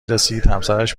رسیدهمسرش